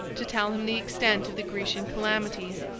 to tell him the extent of the grecian calamities.